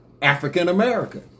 African-American